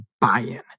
buy-in